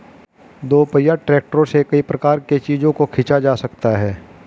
दोपहिया ट्रैक्टरों से कई प्रकार के चीजों को खींचा जा सकता है